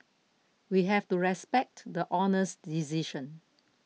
we have to respect the Honour's decision